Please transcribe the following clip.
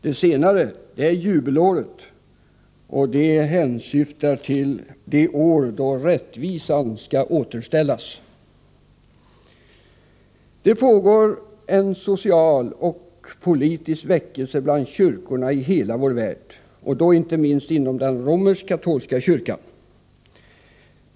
Det senare är jubelåret och hänsyftar på det år då rättvisan skall återställas. Det pågår en social och politisk väckelse bland kyrkorna i hela vår värld, och då inte minst inom den romersk-katolska kyrkan.